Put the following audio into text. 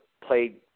played